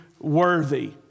worthy